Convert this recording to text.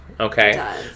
okay